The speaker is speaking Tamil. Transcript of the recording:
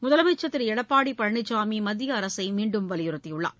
முதலமைச்சர் திரு எடப்பாடி பழனிசாமி மத்திய அரசை மீண்டும் வலியுறுத்தியுள்ளார்